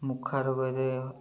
ମୁଖା ରୋଗ ହେଇଥାଏ